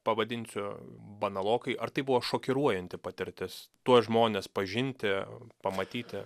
pavadinsiu banalokai ar tai buvo šokiruojanti patirtis tuos žmones pažinti pamatyti